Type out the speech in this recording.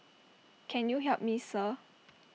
can you help me sir